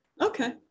okay